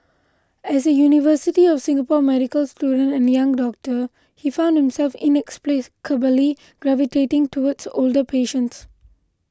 as a University of Singapore medical student and young doctor he found himself in gravitating towards older patients